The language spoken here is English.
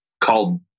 called